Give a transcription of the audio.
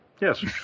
Yes